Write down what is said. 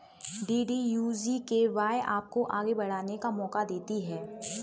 DDU GKY आपको आगे बढ़ने का मौका देती है